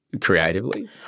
creatively